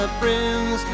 friends